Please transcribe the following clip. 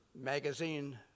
magazine